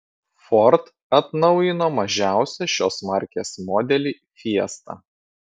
ford atnaujino mažiausią šios markės modelį fiesta